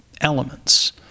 elements